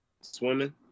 Swimming